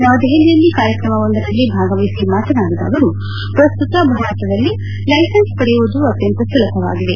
ನವದೆಹಲಿಯಲ್ಲಿ ಕಾರ್ಯಕ್ರಮವೊಂದರಲ್ಲಿ ಭಾಗವಹಿಸಿ ಮಾತನಾಡಿದ ಅವರು ಪ್ರಸ್ತುತ ಭಾರತದಲ್ಲಿ ಲೈಸನ್ಬ್ ಪಡೆಯುವುದು ಅತ್ಯಂತ ಸುಲಭವಾಗಿದೆ